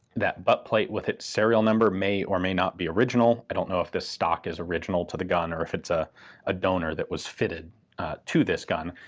that butt plate with its serial number may or may not be original. i don't know if this stock is original to the gun or if it's a ah donor that was fitted to this gun.